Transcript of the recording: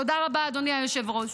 תודה רבה, אדוני היושב-ראש.